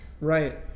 Right